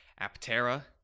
Aptera